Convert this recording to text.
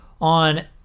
on